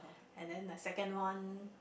and then the second one